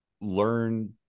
learn